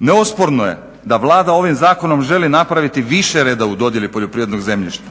Neosporno je da Vlada ovim zakonom želi napraviti više reda u dodjeli poljoprivrednog zemljišta.